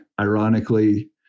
ironically